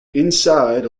inside